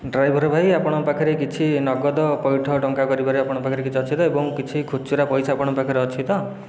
driver ଭାଇ ଆପଣଙ୍କ ପାଖରେ କିଛି ନଗଦ ପୈଠ ଟଙ୍କା କରିବାରେ ଆପଣଙ୍କ ପାଖରେ କିଛି ଅଛି ତ ଏବଂ କିଛି ଖୁଚୁରା ପଇସା ଆପଣଙ୍କ ପାଖରେ ଅଛି ତ